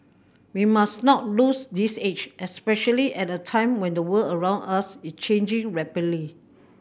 we must not lose this edge especially at a time when the world around us is changing rapidly